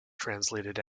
translated